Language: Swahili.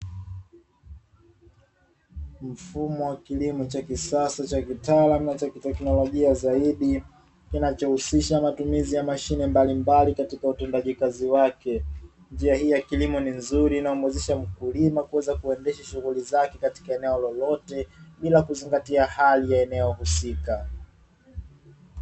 Mfumo wa kilimo cha kisasa cha kitaalamu na cha kitekinolojia zaidi kinachohusisha matumizi ya mashine mbalimbali katika utendaji kazi wake. Njia hii ya kilimo ni nzuri inayomuwezesha mkulima kuweza kuendeshea shughuli zake katika eneo lolote bila kuzingatia hali ya eneo husika.